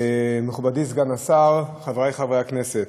מכובדי סגן השר, חברי חברי הכנסת,